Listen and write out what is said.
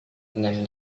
dengan